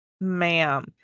Ma'am